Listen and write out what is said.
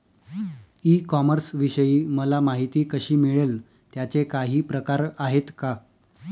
E कॉमर्सविषयी मला माहिती कशी मिळेल? त्याचे काही प्रकार आहेत का?